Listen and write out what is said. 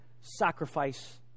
sacrifice